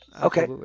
Okay